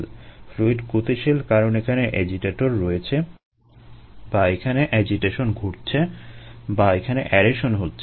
fluid গতিশীল কারণ এখানে এজিটেটর রয়েছে বা এখানে এজিটেশন ঘটছে বা এখানে অ্যারেশন হচ্ছে